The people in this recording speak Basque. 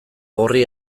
gorri